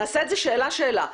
נעשה את זה שאלה שאלה,